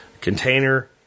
container